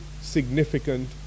significant